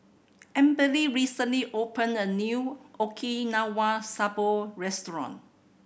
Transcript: Amberly recently opened a new Okinawa Soba Restaurant